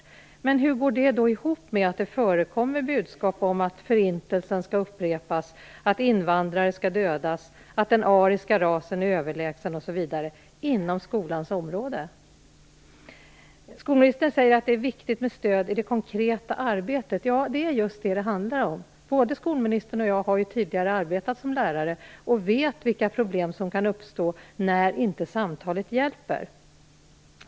Hur går det ihop med att det inom skolans område förekommer budskap om att förintelsen skall upprepas, att invandrare skall dödas, att den ariska rasen är överlägsen osv.? Skolministern säger att det är viktigt med stöd i det konkreta arbetet. Det är just det det handlar om. Både skolministern och jag har tidigare arbetat som lärare och vet vilka problem som kan uppstå när inte samtalet hjälper.